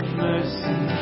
mercy